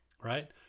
right